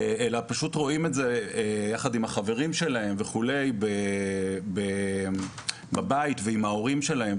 אלא פשוט רואים את זה יחד עם החברים שלהם בבית ועם ההורים שלהם.